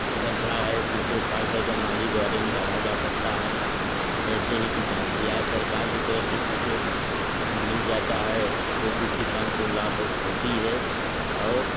गड्ढा है तो उसे तो उसे खाल करके नाली द्वारा निकाला जा सकता है ऐसे ही किसान या सरकार के तरफ से कुछ मिल जाता है तो कुछ किसान को लाभ हो होती है और